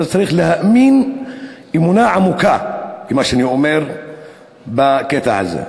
אתה צריך להאמין אמונה עמוקה במה שאני אומר בקטע הזה.